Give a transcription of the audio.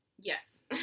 Yes